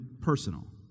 personal